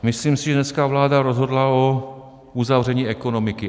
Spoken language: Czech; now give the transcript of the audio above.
Myslím si, že dneska vláda rozhodla o uzavření ekonomiky.